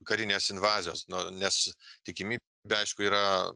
karinės invazijos nes tikimy bė aišku yra